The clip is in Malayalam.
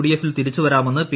ഡ്ട്എഫിൽ തിരിച്ചു വരാമെന്ന് പി